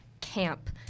camp